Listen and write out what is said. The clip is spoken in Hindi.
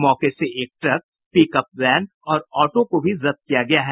मौके से एक ट्रक पिकअप वैन और ऑटो को भी जब्त किया गया है